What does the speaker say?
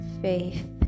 faith